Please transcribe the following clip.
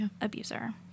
abuser